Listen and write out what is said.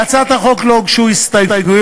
להצעת החוק לא הוגשו הסתייגויות,